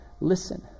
Listen